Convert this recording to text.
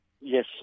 yes